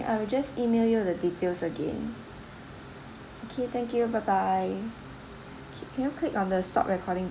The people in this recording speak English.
I will just email you the details again okay thank you bye bye K can you click on the stop recording